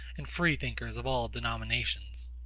and freethinkers of all denominations.